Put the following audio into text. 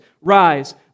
Rise